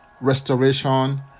restoration